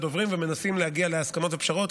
עוברים ומנסים להגיע להסכמות ולפשרות.